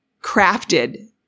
crafted